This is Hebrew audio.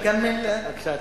בבקשה.